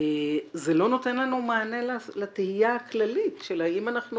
זה לא נותן לנו מענה לתהייה הכללית של האם אנחנו